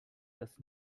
das